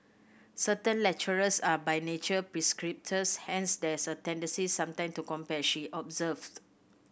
certain lecturers are by nature hence there's a tendency sometime to compare she observed